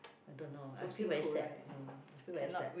I dunno I feel very sad mm I feel very sad